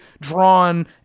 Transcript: drawn